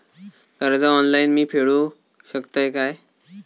कर्ज ऑनलाइन मी फेडूक शकतय काय?